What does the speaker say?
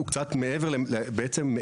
הוא קצת מעבר למהות.